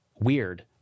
weird